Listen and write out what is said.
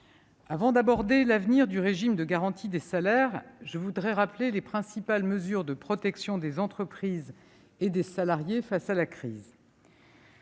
Avant d'aborder l'avenir du régime de garantie des salaires, je voudrais rappeler les principales mesures de protection des entreprises et des salariés face à la crise.